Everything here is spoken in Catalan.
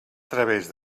través